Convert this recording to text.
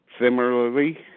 similarly